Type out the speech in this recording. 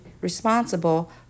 responsible